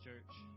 church